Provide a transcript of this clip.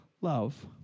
love